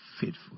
faithful